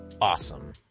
awesome